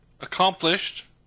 accomplished